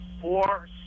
four